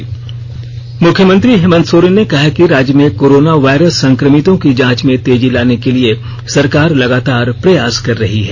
मुख्यमंत्री मुख्यमंत्री हेमन्त सोरेन ने कहा है कि राज्य में कोरोना वायरस संक्रमितों की जांच में तेजी लाने के लिए सरकार लगातार प्रयास कर रही है